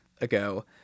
ago